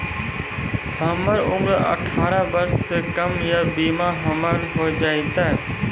हमर उम्र अठारह वर्ष से कम या बीमा हमर हो जायत?